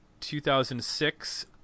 2006